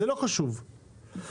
כמו שהיה פעם,